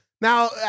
Now